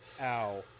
Ow